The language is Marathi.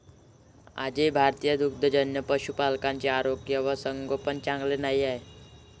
आजही भारतीय दुग्धजन्य पशुपालकांचे आरोग्य व संगोपन चांगले नाही आहे